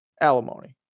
alimony